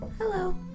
hello